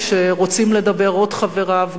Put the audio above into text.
כשרוצים לדבר עוד מחבריו,